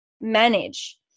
manage